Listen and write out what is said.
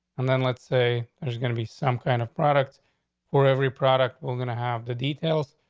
and then let's say there's gonna be some kind of product for every product we're gonna have. the details,